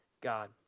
God